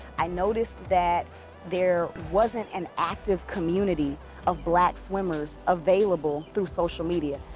i noticed that there wasn't an active community of black swimmers available through social media.